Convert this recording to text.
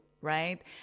right